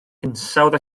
hinsawdd